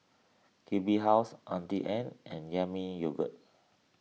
Q B House Auntie Anne's and Yami Yogurt